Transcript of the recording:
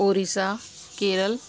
Orissa Kerala